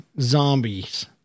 zombies